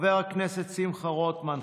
חבר הכנסת שמחה רוטמן,